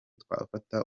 twafata